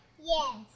Yes